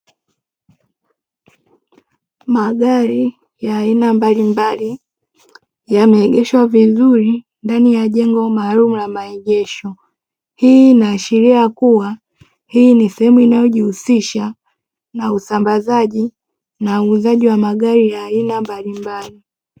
Magari ya aina mbalimbali yameegeshwa vizuri ndani ya jengo maalumu la maegesho, hii inaashiria kuwa hii ni sehemu inayojihusisha na usambazaji na uuzaji wa magari ya aina mbalimbali.